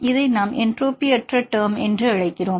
இதை நாம் என்ட்ரோபி அற்ற டெர்ம் என்று அழைக்கிறோம்